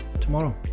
tomorrow